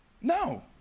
No